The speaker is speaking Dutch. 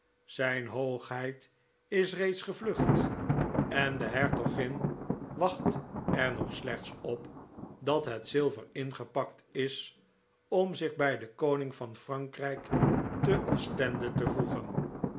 zijn hoogheid is reeds gevlucht en de hertogin wacht er nog slechts op dat het zilver ingepakt is om zich bij den koning van frankrijk te ostende te voegen